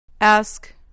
Ask